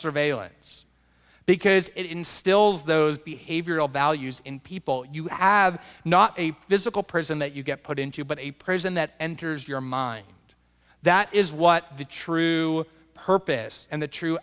surveillance because it instills those behavioral values in people you add not a physical prison that you get put into but a prison that enters your mind that is what the true purpose and the true